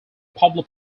pablo